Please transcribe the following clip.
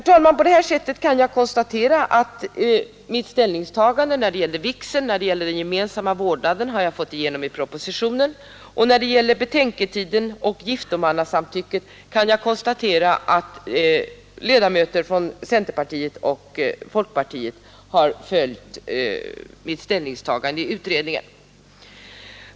Jag kan sålunda konstatera att mitt ställningstagande när det gäller vigseln och den gemensamma vårdnaden har beaktats i propositionen. Beträffande betänketiden och giftomannasamtycket kan jag konstatera att ledamöter från centerpartiet och folkpartiet har följt mitt ställningstagande i utredningen.